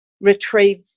retrieve